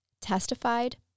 testified